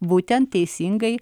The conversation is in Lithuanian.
būtent teisingai